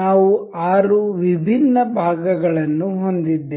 ನಾವು 6 ವಿಭಿನ್ನ ಭಾಗಗಳನ್ನು ಹೊಂದಿದ್ದೇವೆ